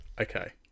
Okay